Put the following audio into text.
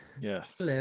Yes